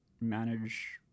manage